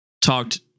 talked